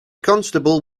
constable